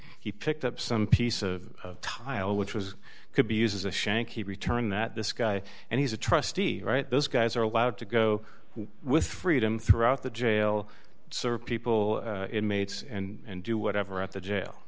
he picked up some piece of tile which was could be used as a shank he returned that this guy and he's a trustee right those guys are allowed to go with freedom throughout the jail serve people inmates and do whatever at the jail